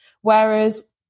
Whereas